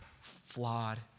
Flawed